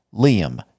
Liam